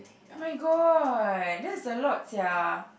my god that's a lot sia